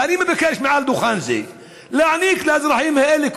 ואני מבקש מעל דוכן זה להעניק לאזרחים האלה,